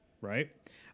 right